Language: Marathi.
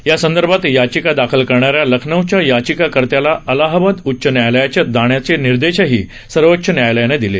या संदर्भात याचिका दाखल करणाऱ्या लखनौच्या याचिकाकर्त्याला अलाहाबाद उच्च न्यायालयात जाण्याचे निर्देशही सर्वोच्च न्यायालयानं दिले